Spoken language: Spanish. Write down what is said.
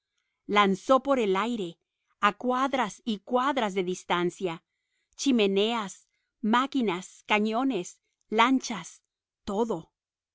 lanzó por el aire a cuadras y cuadras de distancia chimeneas máquinas cañones lanchas todo